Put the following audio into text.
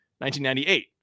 1998